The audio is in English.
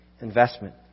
investment